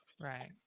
Right